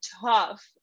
tough